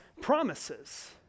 promises